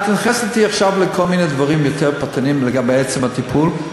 את נכנסת אתי עכשיו לכל מיני דברים יותר פרטניים לגבי עצם הטיפול.